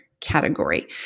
category